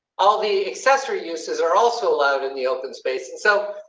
all the accessory uses are also allowed in the open space. and so,